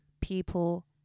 People